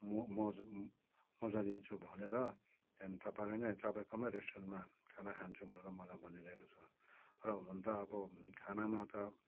मो मोज मजा लिन्छु भनरे त्यहाँदेखि तपाईँलाई नै तपाईँकोमा रेस्टुरेन्टमा खाना खान्छु भनेर मलाई भनिरहेको छ र हुनु त अब खानामा त